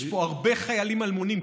יש פה הרבה חיילים אלמונים,